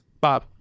Bob